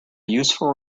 useful